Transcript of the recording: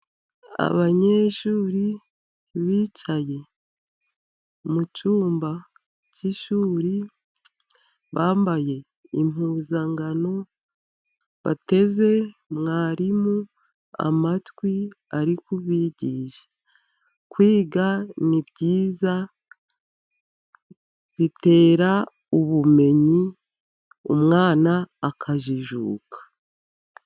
Abanyeshuri bicaye mu cyumba cy'ishuri. Bambaye impuzankano, bateze mwarimu amatwi; ari kubigisha. Kwiga ni byiza bitera ubumenyi, umwana akajijuka.